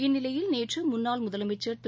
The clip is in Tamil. இந்நிலையில் நேற்று முன்னாள் முதலமைச்சர் திரு